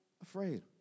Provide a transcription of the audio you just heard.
afraid